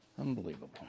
Unbelievable